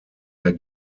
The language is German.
der